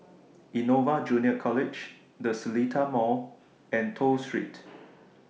Innova Junior College The Seletar Mall and Toh Street